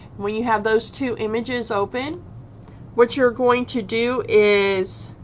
we have those two images open what you're going to do is